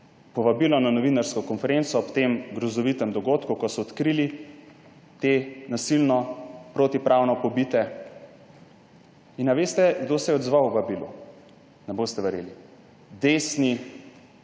povabilo na novinarsko konferenco ob tem grozovitem dogodku, ko so odkrili te nasilno, protipravno pobite. Ali veste, kdo se je odzval vabilu? Ne boste verjeli, desni,